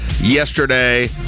yesterday